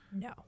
No